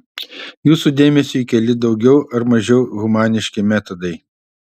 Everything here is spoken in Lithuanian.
jūsų dėmesiui keli daugiau ar mažiau humaniški metodai